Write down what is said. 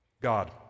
God